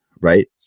right